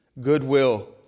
goodwill